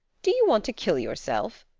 do you want to kill yourself?